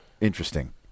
interesting